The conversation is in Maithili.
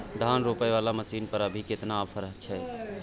धान रोपय वाला मसीन पर अभी केतना ऑफर छै?